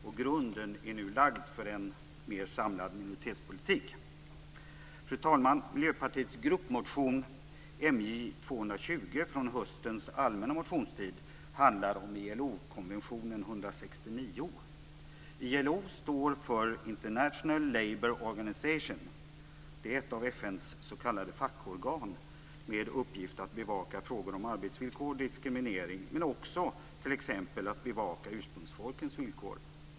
Och grunden är nu lagd för en mer samlad minoritetspolitik. Fru talman! Miljöpartiets gruppmotion MJ220 Organization. Det är ett av FN:s s.k. fackorgan och har till uppgift att bevaka frågor om arbetsvillkor, diskriminering och också t.ex. ursprungsfolkens villkor.